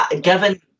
Given